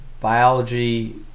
Biology